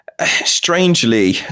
strangely